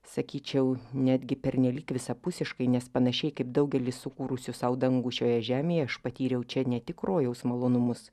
sakyčiau netgi pernelyg visapusiškai nes panašiai kaip daugelis sukūrusių sau dangų šioje žemėje aš patyriau čia ne tik rojaus malonumus